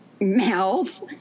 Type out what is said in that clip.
mouth